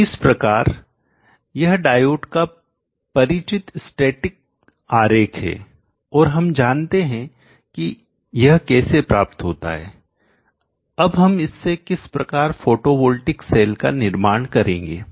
तो इस प्रकार यह डायोड का परिचित स्टैटिक स्थिर आरेख है और हम जानते हैं कि यह कैसे प्राप्त होता है अब हम इससे किस प्रकार फोटोवोल्टिक सेल का मॉडल निर्माण करेंगे